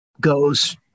goes